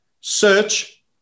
Search